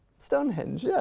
stonehenge, yeah,